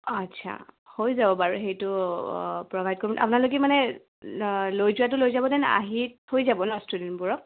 অঁ আচ্ছা হৈ যাব বাৰু সেইটো প্ৰভাইড কৰিম আপোনালোকে মানে লৈ যোৱাটো লৈ যাবনে আহি থৈ যাব ন ষ্টুডেণ্টবোৰক